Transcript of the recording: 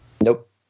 Nope